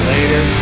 Later